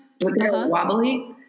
wobbly